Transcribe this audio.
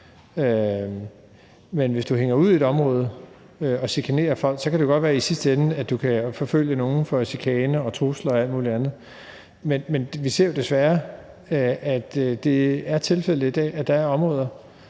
det. Hvis nogle hænger ud i et område og chikanerer folk, kan det godt være, at man i sidste ende kan forfølge nogle af dem for chikane og trusler og alt muligt andet, men vi ser jo desværre, at det er tilfældet i dag, at der er områder,